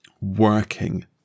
Working